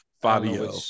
Fabio